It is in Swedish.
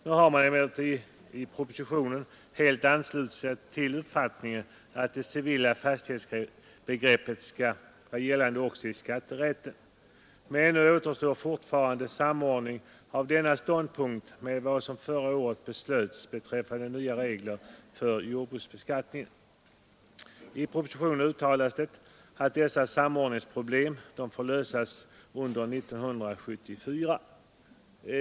Nu har man emellertid i propositionen helt anslutit sig till uppfattningen att det civila fastighetsbegreppet skall gälla också i skatterätten. Men ännu återstår samordning av denna ståndpunkt med vad som förra året beslöts beträffande nya regler för jordbruksbeskattningen. I propositionen uttalas att dessa samordningsproblem får lösas under 1974.